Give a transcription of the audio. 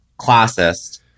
classist